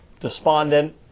despondent